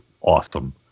awesome